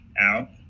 out